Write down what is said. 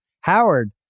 Howard